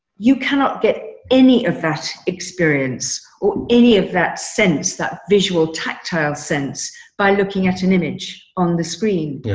you cannot get any of that experience or any of that sense, that visual, tactile sense by looking at an image on the screen.